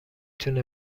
تونه